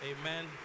Amen